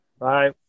Bye